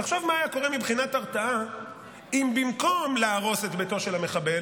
תחשוב מה היה קורה מבחינת הרתעה אם במקום להרוס את ביתו של המחבל,